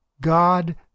God